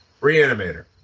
reanimator